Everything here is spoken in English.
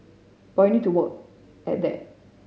but we need to work at that